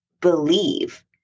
believe